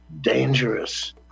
dangerous